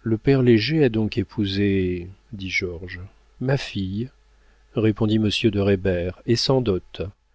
le père léger a donc épousé dit georges ma fille répondit monsieur de reybert et sans dot